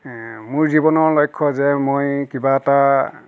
মোৰ জীৱনৰ লক্ষ্য যে মই কিবা এটা